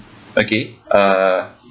okay uh